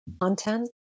content